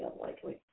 unlikely